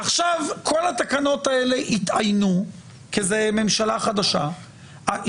עכשיו כל התקנות האלה התאיינו כי זה ממשלה חדשה,